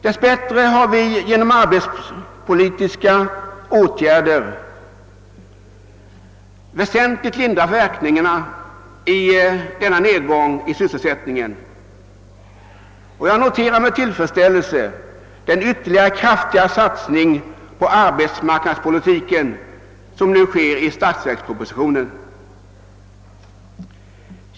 Dessbättre har vi genom arbetsmarknadspolitiska åtgärder väsentligt lindrat verkningarna av denna nedgång i sysselsättningen, och jag noterar med tillfredsställelse den ytterligare kraftiga satsning på arbetsmarknadspolitiken som nu görs i statsverkspropositionen.